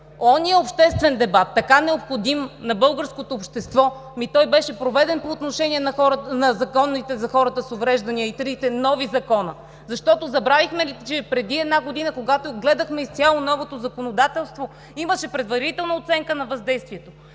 оня обществен дебат, така необходим на българското общество, ами той беше проведен по отношение на законите за хората с увреждания и трите нови закона. Защото, забравихме ли, че преди една година, когато гледахме изцяло новото законодателство, имаше предварителна оценка на въздействието.